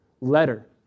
letter